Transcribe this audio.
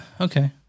okay